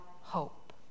hope